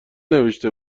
نوشته